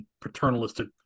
paternalistic